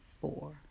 four